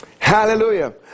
Hallelujah